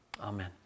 Amen